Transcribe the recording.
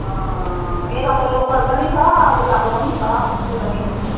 यताको लोकल पनि छ उताको पनि छ सिलगढीको पनि